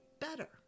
better